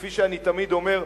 כפי שאני תמיד אומר,